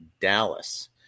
Dallas